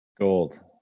Gold